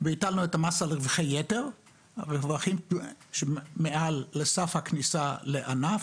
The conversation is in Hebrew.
והטלנו את המס על רווחי יתר ברווחים של מעל לסף הכניסה לענף,